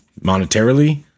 monetarily